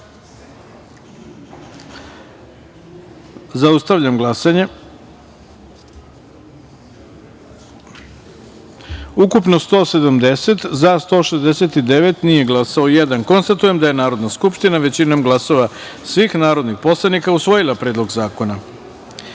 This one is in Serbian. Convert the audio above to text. taster. Zaustavljam glasanje: ukupno – 170, za – 169, nije glasao jedan. Konstatujem da je Narodna skupština većinom glasova svih narodnih poslanika usvojila Predlog zakona. Treća